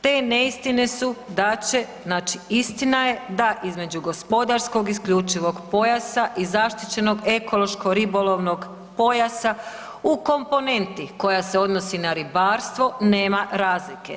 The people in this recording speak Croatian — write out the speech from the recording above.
Te neistine su da će, znači istina je da između gospodarskog isključivog pojasa i zaštićenog ekološko-ribolovnog pojasa u komponenti koja se odnosi na ribarstvo nema razlike.